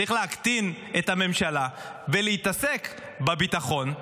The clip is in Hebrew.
צריך להקטין את הממשלה ולהתעסק בביטחון,